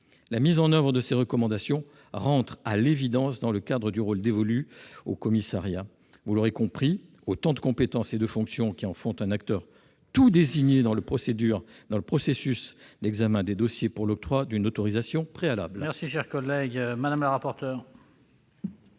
La mise en oeuvre de ces recommandations entre, à l'évidence, dans le cadre du rôle dévolu au commissariat. Vous l'aurez compris, tant de compétences et de fonctions en font un acteur tout désigné dans le processus d'examen des dossiers pour l'octroi d'une autorisation préalable.